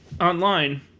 online